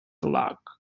luck